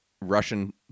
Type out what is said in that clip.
Russian